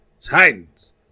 Titans